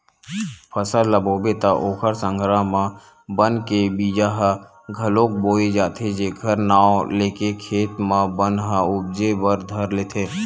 फसल ल बोबे त ओखर संघरा म बन के बीजा ह घलोक बोवा जाथे जेखर नांव लेके खेत म बन ह उपजे बर धर लेथे